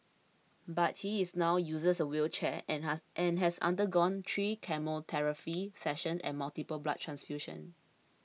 but he is now uses a wheelchair and has and has undergone three chemotherapy sessions and multiple blood transfusions